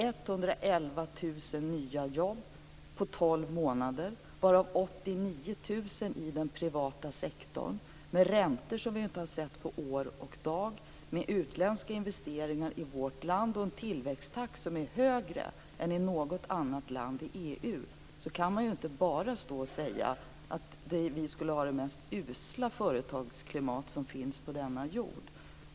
111 000 nya jobb har skapats på 12 månader varav 89 000 i den privata sektorn. Vi har räntor som vi inte har sett på år och dag. Vi har utländska investeringar i vårt land och en tillväxttakt som är högre än i något annat land i EU. Då kan man inte bara stå och säga att vi skulle ha det mest usla företagsklimat som finns på denna jord.